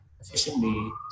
efficiently